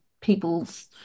people's